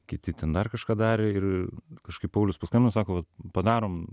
kiti ten dar kažką darė ir kažkaip paulius paskambino sako padarom